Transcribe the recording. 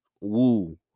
Woo